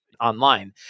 online